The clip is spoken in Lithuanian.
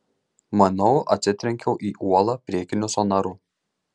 manau atsitrenkiau į uolą priekiniu sonaru